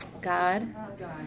God